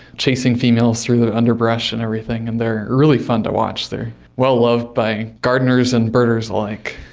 chasing females through the underbrush and everything and they are really fun to watch, they are well loved by gardeners and birders like